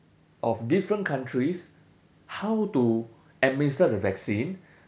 of different countries how to administer the vaccine